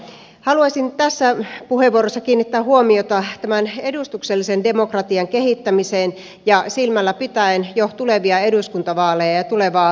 haluaisin tässä puheenvuorossa kiinnittää huomiota tämän edustuksellisen demokratian kehittämiseen silmällä pitäen jo tulevia eduskuntavaaleja ja tulevaa eduskuntakautta